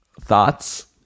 Thoughts